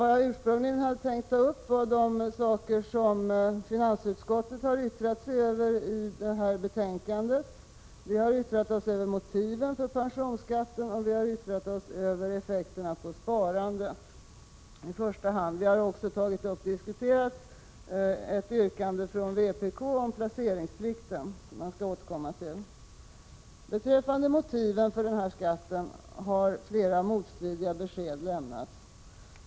Vad jag ursprungligen hade tänkt ta upp var de saker som finansutskottet har yttrat sig över i detta betänkande. Vi hari första hand yttrat oss över motiven för pensionsskatten och över effekterna på sparandet. Vi har också diskuterat ett yrkande från vpk om placeringsplikten, som jag skall återkomma till. Beträffande motiven för skatten har flera motstridiga besked lämnats.